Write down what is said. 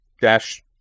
dash